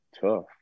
tough